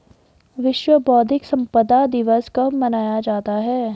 विश्व बौद्धिक संपदा दिवस कब मनाया जाता है?